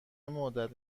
مدت